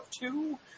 two